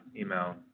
email